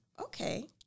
okay